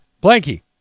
blanky